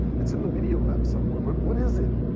it's in the media lab somewhere. but what is it?